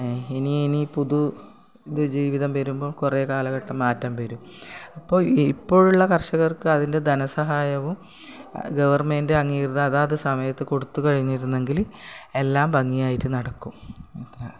ഇനി ഇനി പുതു ത് ജീവിതം വരുമ്പോൾ കുറേ കാലഘട്ടം മാറ്റം വരും ഇപ്പോൾ ഇപ്പോഴുള്ള കർഷകർക്ക് അതിൻ്റെ ധനസഹായവും ഗവർണ്മെന്റ് അംഗീകൃത അതാത് സമയത്ത് കൊടുത്ത് കഴിഞ്ഞിരുന്നെങ്കിൽ എല്ലാം ഭംഗിയായിട്ട് നടക്കും